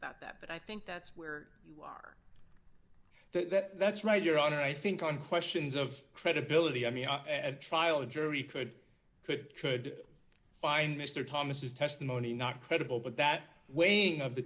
about that but i think that's where you are that that's right your honor i think on questions of credibility i mean at trial a jury could could could find mr thomas testimony not credible but that weighing of the